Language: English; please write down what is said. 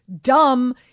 Dumb